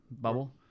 Bubble